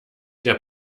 der